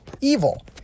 evil